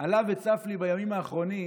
עלה וצף לי בימים האחרונים,